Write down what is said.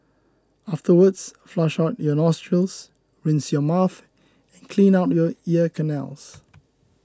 afterwards flush on your nostrils rinse your mouth and clean out your ear canals